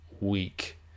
week